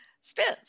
spins